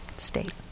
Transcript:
state